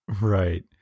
Right